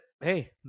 Hey